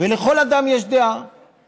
ולכל אדם יש דעה.